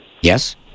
Yes